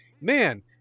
Man